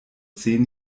zehn